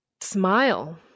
smile